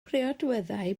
priodweddau